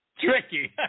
Tricky